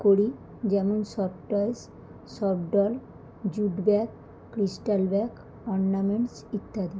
করি যেমন soft toys soft doll jute bag crystal bag ornaments ইত্যাদি